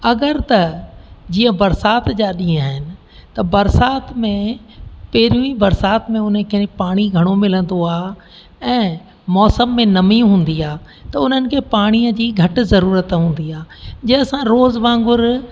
अगरि त जीअं बरसाति जा ॾींहं आहिनि त बरसाति में पहिरियों ई बरसाति में हुनखे पाणी घणो मिलंदो आहे ऐं मौसम में नमी हूंदी आहे त उन्हनि खे पाणीअ जी घटि ज़रूरत हूंदी आहे जे असां रोज़ु वांगुरु